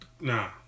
Nah